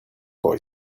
boy